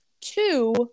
Two